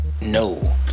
No